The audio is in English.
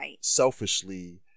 selfishly